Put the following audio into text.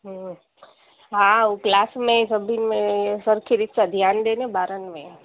हा ऊ क्लास में ई सभिनि सभु तरफ ध्यानु ॾिए न ॿारनि में